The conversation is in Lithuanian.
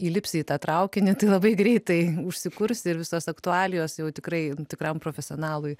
įlipsi į tą traukinį tai labai greitai užsikurs ir visos aktualijos jau tikrai tikram profesionalui